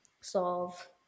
solve